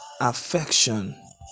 affection